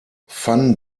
van